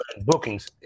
bookings